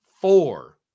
four